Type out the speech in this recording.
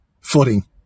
footing